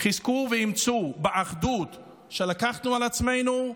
חזקו ואמצו באחדות שלקחנו על עצמנו,